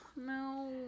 No